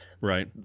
Right